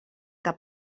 que